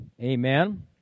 amen